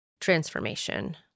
transformation